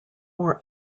more